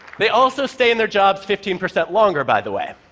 they also stay in their jobs fifteen percent longer, by the way.